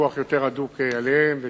בפיקוח יותר הדוק עליהם,